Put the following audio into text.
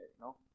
no